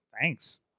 Thanks